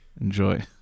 Enjoy